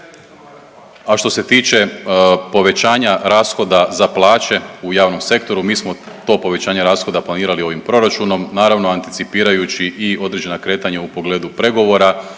A što se tiče povećanja rashoda za plaće u javnom sektoru mi smo to povećanje rashoda planirali ovim proračunom naravno anticipirajući i određena kretanja u pogledu pregovora.